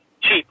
cheap